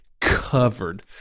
covered